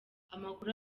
amakuru